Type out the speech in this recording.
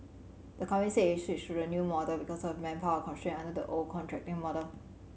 the company said it switched to the new model because of manpower constraints under the old contracting model